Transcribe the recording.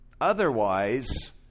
Otherwise